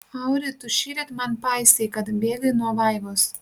auri tu šįryt man paistei kad bėgai nuo vaivos